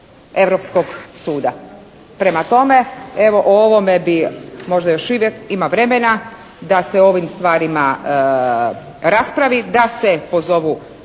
europskog suda. Prema tome, evo o ovome bi možda još šire, ima vremena da se o ovim stvarima raspravi, da se pozovu